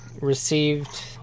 received